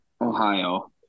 ohio